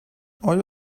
آیا